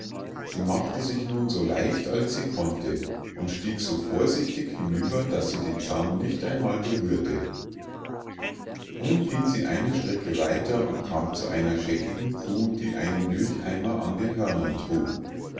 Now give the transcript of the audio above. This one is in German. sie machte sich nun so leicht als sie konnte und stieg so vorsichtig hinüber daß sie den zaun nicht einmal berührte nun ging sie eine strecke weiter und kam zu einer scheckigen kuh die einen milcheimer an den hörnern trug